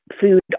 food